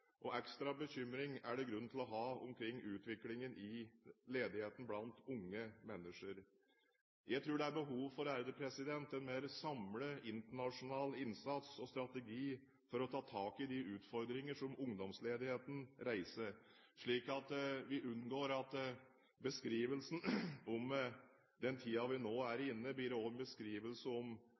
og ekstra bekymring er det grunn til å ha omkring utviklingen i ledigheten blant unge mennesker. Jeg tror det er behov for en mer samlet internasjonal innsats og strategi for å ta tak i de utfordringer som ungdomsledigheten reiser, slik at vi unngår at beskrivelsen om den tiden vi nå er inne i, også blir en beskrivelse om